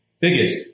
figures